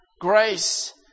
grace